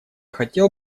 хотел